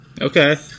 Okay